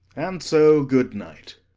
and so, good night.